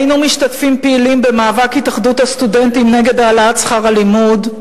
היינו משתתפים פעילים במאבק התאחדות הסטודנטים נגד העלאת שכר הלימוד,